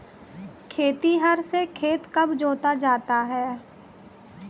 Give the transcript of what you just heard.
खेतिहर से खेत कब जोता जाता है?